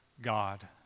God